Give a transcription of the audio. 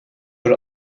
voor